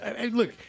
look